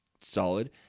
solid